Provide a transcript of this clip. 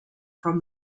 from